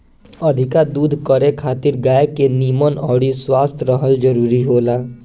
अधिका दूध करे खातिर गाय के निमन अउरी स्वस्थ रहल जरुरी होला